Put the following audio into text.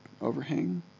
overhang